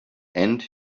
and